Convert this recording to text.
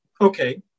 okay